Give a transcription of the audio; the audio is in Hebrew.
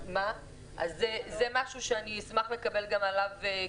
זה משהו שאני אשמח לקבל גם עליו תשובה.